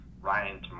Ryan